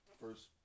first